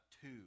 two